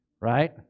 right